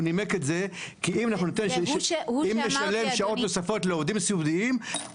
הוא נימק את שאם נשלם שעות נוספות לעובדים הסיעודיים,